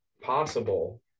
possible